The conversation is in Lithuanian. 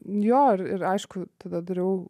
jo ir ir aišku tada dariau